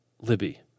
libby